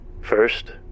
First